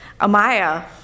Amaya